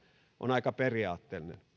on aika periaatteellinen